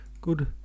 Good